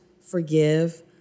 forgive